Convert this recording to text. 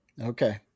Okay